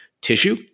tissue